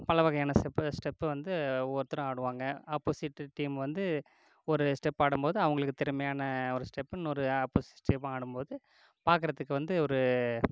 பல வகையான step step வந்து ஒவ்வொருத்தரும் ஆடுவாங்க ஆப்போசிட்டு டீம் வந்து ஒரு ஸ்டெப் ஆடும்போது அவங்களுக்கு திறமையான ஒரு ஸ்டெப்பு இன்னொரு ஆப்போசிட் டீமும் ஆடும்போது பாக்கிறத்துக்கு வந்து ஒரு